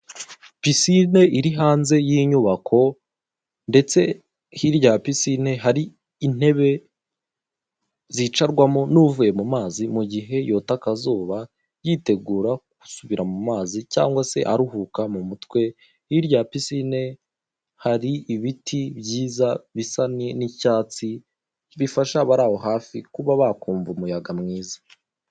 Picene iri hanze y'inyubako ndetse hirya ya pisine hari intebe zicarwamo n'uvuye mumazi mugihe yota akazuba yitegura gusubira mazi cyangwa se aruhuka mu mutwe, hirya ya pisine hari ibiti byiza bisa n'icyatsi bifasha abari aho hafi kuba bakumva umuyaga mwiza.